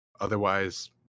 otherwise